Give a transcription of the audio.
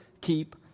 keep